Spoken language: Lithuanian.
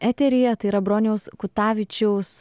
eteryje tai yra broniaus kutavičiaus